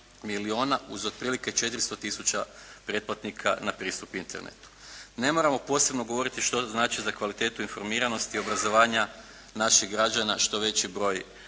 milijuna uz otprilike 400 tisuća pretplatnika na pristup Internetu. Ne moramo posebno govoriti što znači za kvalitetu informiranosti i obrazovanja naših građana što veći broj